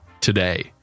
today